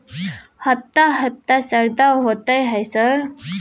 हफ्ता हफ्ता शरदा होतय है सर?